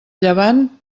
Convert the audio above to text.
llevant